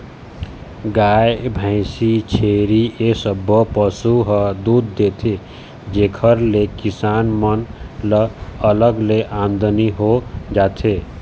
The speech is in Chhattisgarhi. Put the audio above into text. गाय, भइसी, छेरी ए सब्बो पशु ह दूद देथे जेखर ले किसान मन ल अलग ले आमदनी हो जाथे